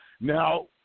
Now